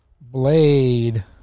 Blade